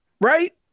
right